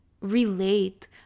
relate